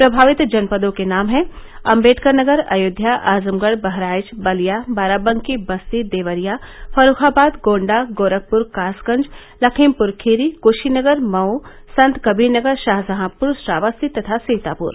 प्रभावित जनपदों के नाम है अम्बेडकर नगर अयोध्या आजमगढ़ बहराइच बलिया बाराबंकी बस्ती देवरिया फर्रूखाबाद गोण्डा गोरखपूर कासगंज लखीमपुर खीरी कशीनगर मऊ संतकबीरनगर शाहजहांपुर श्रावस्ती तथा सीतापुर